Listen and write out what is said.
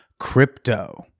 crypto